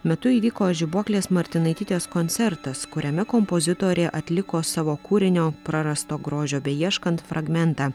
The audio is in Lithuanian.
metu įvyko žibuoklės martinaitytės koncertas kuriame kompozitorė atliko savo kūrinio prarasto grožio beieškant fragmentą